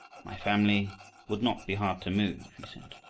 my family would not be hard to move, he said,